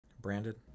Branded